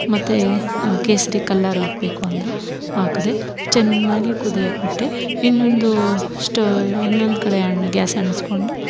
ಮತ್ತೆ ಕೇಸರಿ ಕಲ್ಲರ್ ಹಾಕ್ಬೇಕು ಅಂದರು ಹಾಕ್ದೆ ಚೆನ್ನಾಗಿ ಕುದಿಯೋಕೆ ಬಿಟ್ಟೆ ಇನ್ನೊಂದು ಸ್ಟೌವ್ ಇನ್ನೊಂದು ಕಡೆ ಗ್ಯಾಸ್ ಅಂಟಿಸ್ಕೊಂಡು